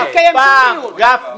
לא היה מתקיים שום דיון.